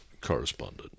correspondent